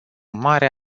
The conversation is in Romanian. mare